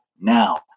now